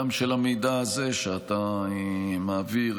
גם של המידע הזה שאתה מעביר,